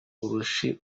urushyi